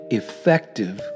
effective